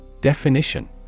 Definition